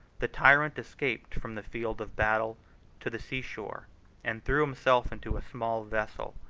the tyrant escaped from the field of battle to the sea-shore and threw himself into a small vessel,